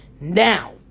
now